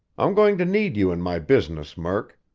i'm going to need you in my business, murk.